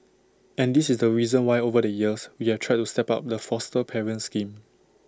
and this is the reason why over the years we have tried to step up the foster parent scheme